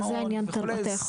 זה